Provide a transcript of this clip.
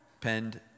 penned